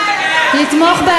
כרגע הגיע רגע האמת,